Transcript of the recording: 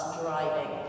driving